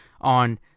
on